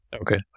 okay